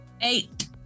eight